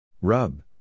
Rub